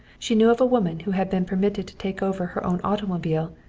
she knew of a woman who had been permitted to take over her own automobile,